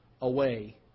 away